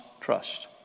trust